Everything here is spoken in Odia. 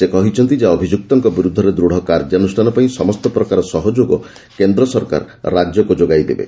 ସେ କହିଛନ୍ତି ଯେ ଅଭିଯୁକ୍ତଙ୍କ ବିରୁଦ୍ଧରେ ଦୂଢ଼ କାର୍ଯ୍ୟାନୃଷ୍ଣାନ ପାଇଁ ସମସ୍ତ ପ୍ରକାର ସହଯୋଗ କେନ୍ଦ୍ ସରକାର ରାଜ୍ୟକ୍ତ ଯୋଗାଇ ଦେବେ